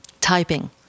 typing